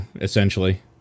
essentially